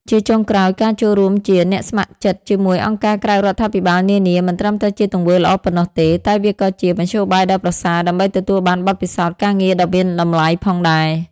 ជាចុងក្រោយការចូលរួមជា អ្នកស្ម័គ្រចិត្តជាមួយអង្គការក្រៅរដ្ឋាភិបាលនានា មិនត្រឹមតែជាទង្វើល្អប៉ុណ្ណោះទេ តែវាក៏ជា មធ្យោបាយដ៏ប្រសើរដើម្បីទទួលបានបទពិសោធន៍ការងារដ៏មានតម្លៃ ផងដែរ។